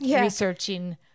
researching